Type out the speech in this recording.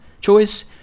choice